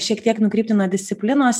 šiek tiek nukrypti nuo disciplinos